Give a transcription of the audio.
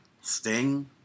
Sting